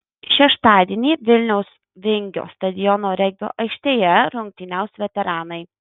šeštadienį vilniaus vingio stadiono regbio aikštėje rungtyniaus veteranai